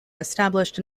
established